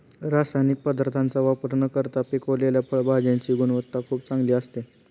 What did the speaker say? रासायनिक पदार्थांचा वापर न करता पिकवलेल्या फळभाज्यांची गुणवत्ता खूप चांगली असते